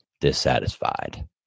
dissatisfied